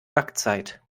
backzeit